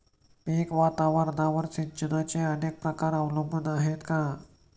पीक वातावरणावर सिंचनाचे अनेक प्रकार अवलंबून आहेत का?